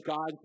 God